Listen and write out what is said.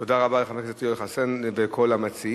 תודה רבה לחבר הכנסת יואל חסון ולכל המציעים.